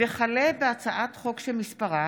הצעת חוק בית המשפט